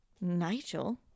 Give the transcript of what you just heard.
Nigel